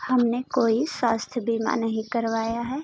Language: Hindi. हमने कोई स्वास्थ बीमा नही करवाया है